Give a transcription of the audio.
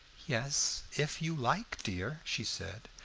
yes, if you like, dear, she said.